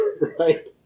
Right